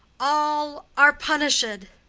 all are punish'd.